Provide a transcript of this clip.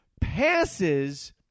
passes